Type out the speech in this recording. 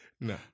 No